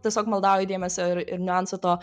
tiesiog maldauju dėmesio ir ir niuanso to